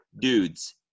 Dudes